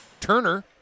Turner